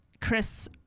Chris